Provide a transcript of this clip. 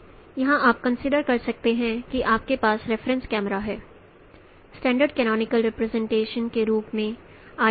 यहां आप कंसीडर कर सकते हैं कि आपके पास रेफरेंस कैमरा है स्टैंडर्ड कैनोनिकल रिप्रेजेंटेशन के रूप में I